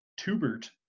Tubert